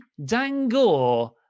Dangor